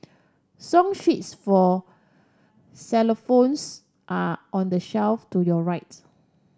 song sheets for xylophones are on the shelf to your right